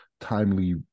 timely